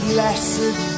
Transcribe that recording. Blessed